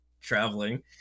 traveling